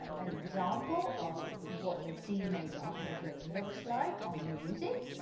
an example of what the d major arpeggio looks like on music,